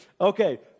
Okay